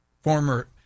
former